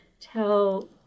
tell